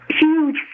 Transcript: huge